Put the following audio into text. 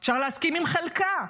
אפשר להסכים עם חלקה.